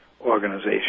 Organization